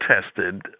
tested